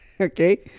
Okay